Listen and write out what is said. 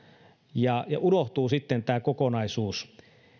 ja ja unohtuu sitten kokonaisuus